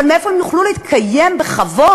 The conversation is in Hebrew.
אבל איך הם יוכלו להתקיים בכבוד?